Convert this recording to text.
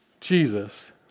Jesus